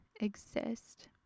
exist